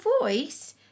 voice